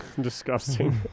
Disgusting